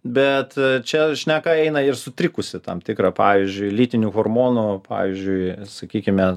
bet čia šneka eina ir sutrikusi tam tikra pavyzdžiui lytinių hormonų pavyzdžiui sakykime